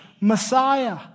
Messiah